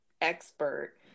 expert